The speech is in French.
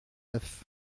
neuf